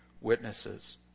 witnesses